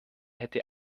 hätte